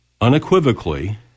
unequivocally